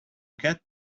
get